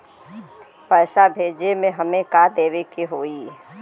पैसा भेजे में हमे का का देवे के होई?